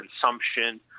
consumption